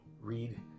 read